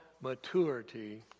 maturity